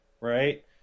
right